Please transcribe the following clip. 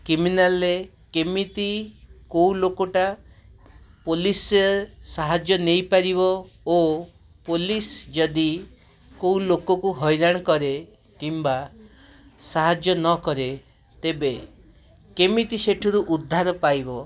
କ୍ରିମିନାଲ୍ରେ କେମିତି କେଉଁ ଲୋକଟା ପୋଲିସ ସାହାଯ୍ୟ ନେଇପାରିବ ଓ ପୋଲିସ ଯଦି କେଉଁ ଲୋକକୁ ହଇରାଣ କରେ କିମ୍ବା ସାହାଯ୍ୟ ନ କରେ ତେବେ କେମିତି ସେଥିରୁ ଉଦ୍ଧାର ପାଇବ